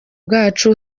bwacu